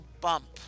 bump